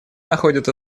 находит